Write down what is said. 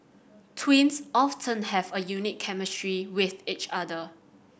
twins often have a unique chemistry with each other